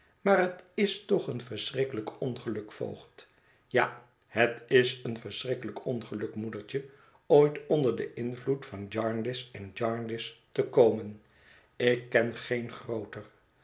maar het is toch een verschrikkelijk ongeluk voogd ja het is een schrikkelijk ongeluk moedertje ooit onder den invloed van jarndyce en jarndyce te komen ik ken geen grooter